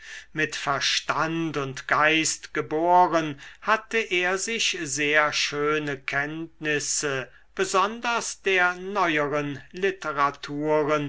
mit verstand und geist geboren hatte er sich sehr schöne kenntnisse besonders der neueren literaturen